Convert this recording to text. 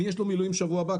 מי יש לו מילואים שבוע הבא?